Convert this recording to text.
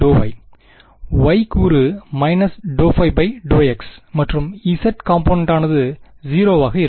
Y கூறு ∂ϕ x மற்றும் z காம்பொனன்ட்டானது 0 ஆக இருக்கும்